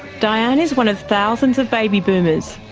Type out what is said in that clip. dianne is one of thousands of baby boomers,